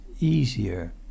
easier